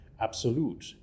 absolute